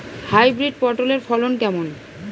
Hybrid পটলের ফলন কেমন?